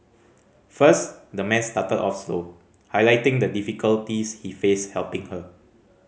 first the man started off slow highlighting the difficulties he faced helping her